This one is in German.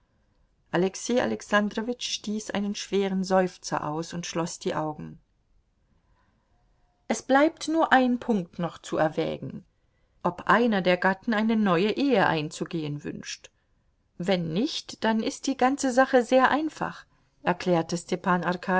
alexei alexandrowitsch stieß einen schweren seufzer aus und schloß die augen es bleibt nur ein punkt noch zu erwägen ob einer der gatten eine neue ehe einzugehen wünscht wenn nicht dann ist die ganze sache sehr einfach erklärte stepan